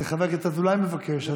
את זה חבר הכנסת אזולאי מבקש.